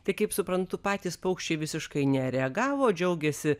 tai kaip suprantu patys paukščiai visiškai nereagavo džiaugėsi